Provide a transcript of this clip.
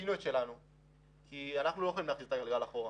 עשינו את שלנו כי אנחנו לא יכולים להחזיר את הגלגל לאחור.